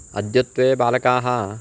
अद्यत्वे बालकाः